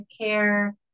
care